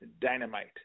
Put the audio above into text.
dynamite